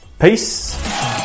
Peace